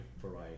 variety